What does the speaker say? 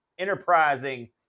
Enterprising